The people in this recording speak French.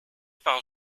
par